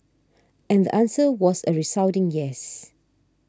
and the answer was a resounding yes